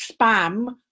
spam